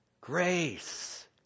grace